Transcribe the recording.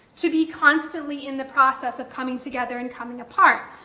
to be constantly in the process of coming together and coming apart.